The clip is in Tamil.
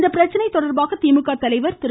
இப்பிரச்சனை தொடர்பாக திமுக தலைவர் திரு